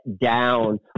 down